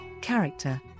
character